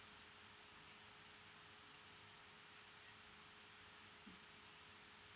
mm